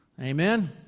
Amen